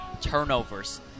turnovers